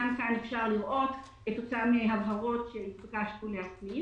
גם כאן אפשר לראות את ההבהרות שנתבקשנו להוסיף.